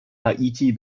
haiti